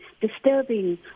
disturbing